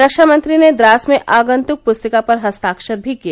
रक्षामंत्री ने द्रास में आगंत्क पूस्तिका पर हस्ताक्षर भी किए